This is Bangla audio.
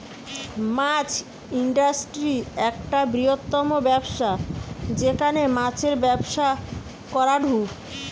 মাছ ইন্ডাস্ট্রি একটা বৃহত্তম ব্যবসা যেখানে মাছের ব্যবসা করাঢু